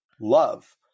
love